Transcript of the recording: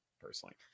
personally